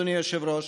אדוני היושב-ראש,